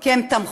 כי הם תמכו,